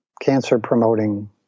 cancer-promoting